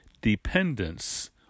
dependence